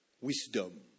Wisdom